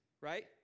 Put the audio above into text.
Right